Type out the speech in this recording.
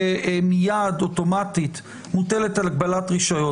שמיד אוטומטית מוטלת הגבלת רישיון.